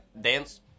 dance